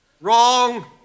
Wrong